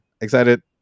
excited